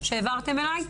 העברתם אליי.